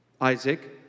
Isaac